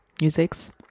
musics